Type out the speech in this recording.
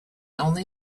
only